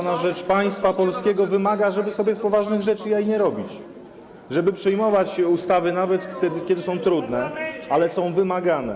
na rzecz państwa polskiego wymaga, żeby sobie z poważnych rzeczy jaj nie robić, żeby przyjmować ustawy nawet wtedy, kiedy są trudne, ale są wymagane.